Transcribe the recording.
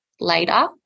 later